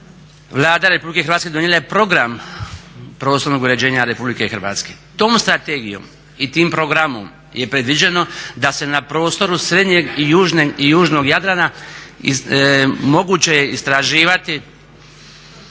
Vlada RH donijela je Program prostornog uređenja RH. Tom strategijom i tim programom je predviđeno da se na prostoru srednjeg i južnog Jadrana moguće je istraživati